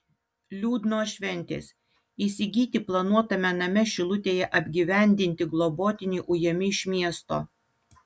liūdnos šventės įsigyti planuotame name šilutėje apgyvendinti globotiniai ujami iš miesto